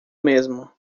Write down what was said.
mesmo